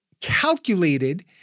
calculated